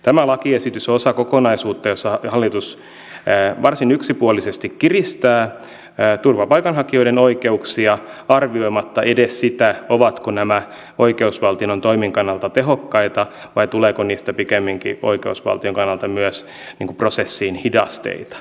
tämä lakiesitys on osa kokonaisuutta jossa hallitus varsin yksipuolisesti kiristää turvapaikanhakijoiden oikeuksia arvioimatta edes sitä ovatko nämä oikeusvaltion toimien kannalta tehokkaita vai tuleeko niistä pikemminkin oikeusvaltion kannalta myös prosessiin hidasteita